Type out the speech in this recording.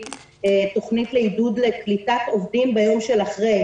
תוכנית לעידוד קליטת עובדים ביום של אחרי.